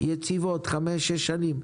יציבות חמש-שש שנים,